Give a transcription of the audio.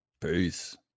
Peace